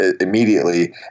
immediately